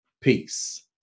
peace